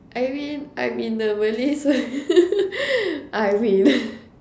I mean I'm in the Malay so I win